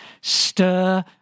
stir